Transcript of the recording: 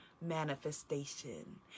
manifestation